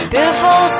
Beautiful